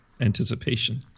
anticipation